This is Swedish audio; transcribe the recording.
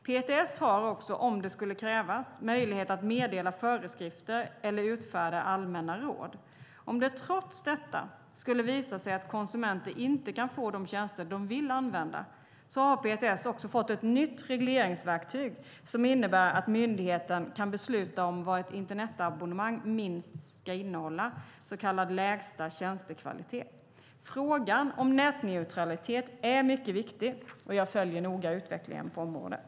PTS har också, om det skulle krävas, möjlighet att meddela föreskrifter eller utfärda allmänna råd. Om det trots detta skulle visa sig att konsumenter inte kan få de tjänster de vill använda har PTS fått ett nytt regleringsverktyg som innebär att myndigheten kan besluta om vad ett internetabonnemang minst ska innehålla, så kallad lägsta tjänstekvalitet. Frågan om nätneutralitet är mycket viktig, och jag följer noga utvecklingen på området.